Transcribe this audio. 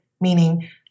meaning